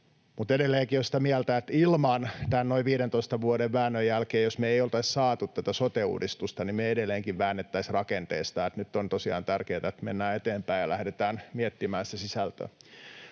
mutta edelleenkin olen sitä mieltä, että jos me ei tämän noin 15 vuoden väännön jälkeen oltaisi saatu tätä sote-uudistusta, niin me edelleenkin väännettäisiin rakenteista. Nyt on tosiaan tärkeätä, että mennään eteenpäin ja lähdetään miettimään sitä sisältöä.